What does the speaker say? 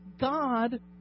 God